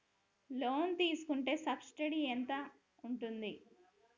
Loan తీసుకుంటే subsidy ఎంత ఉంటది?